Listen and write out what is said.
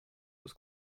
was